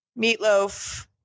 meatloaf